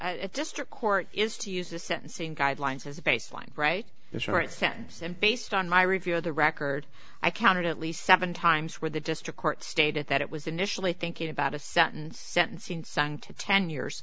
at district court is to use the sentencing guidelines as a baseline right insurance sense and based on my review of the record i counted at least seven times where the district court stated that it was initially thinking about a sentence sentencing sang to ten years